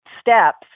steps